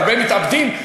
והרבה מתאבדים.